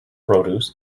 produce